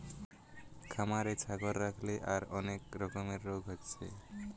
খামারে ছাগল রাখলে তার অনেক রকমের রোগ হচ্ছে